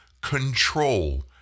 control